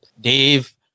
Dave